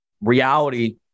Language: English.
reality